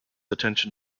attention